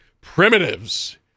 primitives